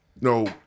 No